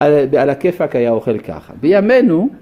‫על הכיפאק היה האוכל ככה. בימינו